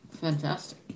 fantastic